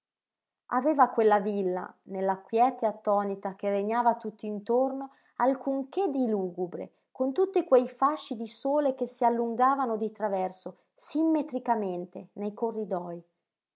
aveva quella villa nella quiete attonita che regnava tutt'intorno alcunché di lugubre con tutti quei fasci di sole che si allungavano di traverso simmetricamente nei corridoj